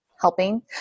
helping